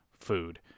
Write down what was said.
food